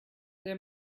there